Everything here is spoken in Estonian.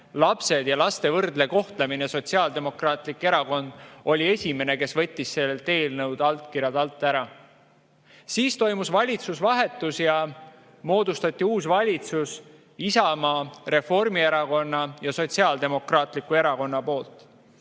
lapsed ja laste võrdne kohtlemine – Sotsiaaldemokraatlik Erakond –, oli esimene, kes võttis sellelt eelnõult allkirjad alt ära. Siis toimus valitsuse vahetus ja moodustati uus valitsus Isamaa, Reformierakonna ja Sotsiaaldemokraatliku Erakonna poolt.